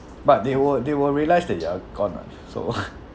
but they will they will realised that you are gone [what] so